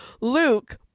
Luke